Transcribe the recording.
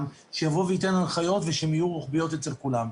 שייתן הנחיות שיהיו רוחביות אצל כולם.